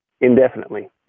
indefinitely